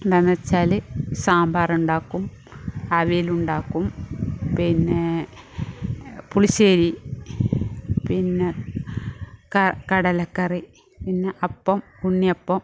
എന്താന്ന്ച്ചാൽ സാമ്പാറുണ്ടാക്കും അവിയൽ ഉണ്ടാക്കും പിന്നെ പുളിശ്ശേരി പിന്നെ ക കടലക്കറി പിന്നെ അപ്പം ഉണ്ണിയപ്പം